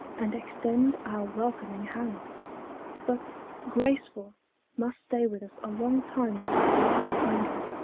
and extend our welcoming hands but graceful must stay with us a long time to be greeted kindly,